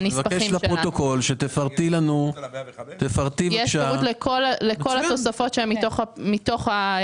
אני מבקש שתפרטי לפרוטוקול --- יש פירוט לכל התוספות שהן מתוך הסעיף.